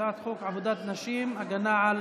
הצעת חוק עבודת נשים (הגנה על